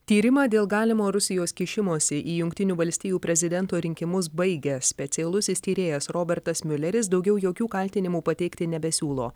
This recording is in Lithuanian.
tyrimą dėl galimo rusijos kišimosi į jungtinių valstijų prezidento rinkimus baigė specialusis tyrėjas robertas miuleris daugiau jokių kaltinimų pateikti nebesiūlo